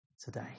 today